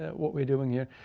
ah what we're doing here.